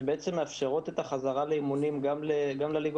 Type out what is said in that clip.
הסכמות שבעצם מאפשרות את החזרה לאימונים גם לליגת